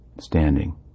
standing